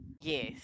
Yes